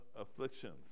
afflictions